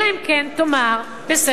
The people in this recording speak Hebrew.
אלא אם כן תאמר בשכל,